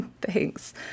Thanks